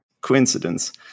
Coincidence